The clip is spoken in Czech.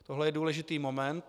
Tohle je důležitý moment.